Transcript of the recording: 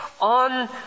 on